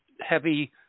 heavy